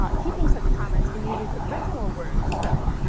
um keeping such comments in users' original words, though,